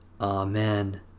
Amen